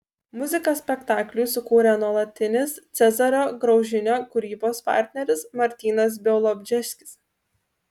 muziką spektakliui sukūrė nuolatinis cezario graužinio kūrybos partneris martynas bialobžeskis